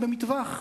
במטווח,